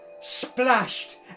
splashed